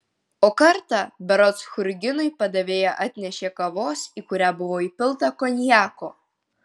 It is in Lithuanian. o kartą berods churginui padavėja atnešė kavos į kurią buvo įpilta konjako